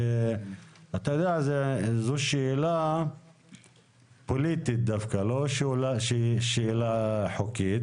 אתה יודע, זו שאלה פוליטית דווקא, לא שאלה חוקית.